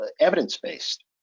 evidence-based